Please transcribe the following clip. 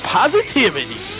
positivity